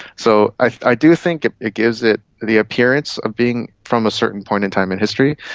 so i do think it it gives it the appearance of being from a certain point in time in history,